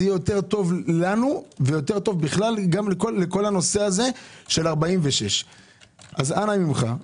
זה יהיה טוב יותר לנו ובכלל גם לכל הנושא של סעיף 46. אנא ממך,